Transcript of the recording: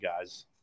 guys